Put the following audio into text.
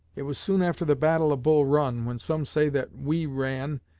it was soon after the battle of bull run, when some say that we ran,